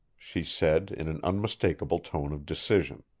she said, in an unmistakable tone of decision.